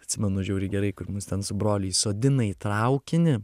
atsimenu žiauriai gerai kur mus ten su broliu įsodina į traukinį